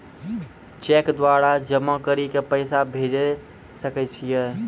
Cheque द्वारा जमा करि के पैसा भेजै सकय छियै?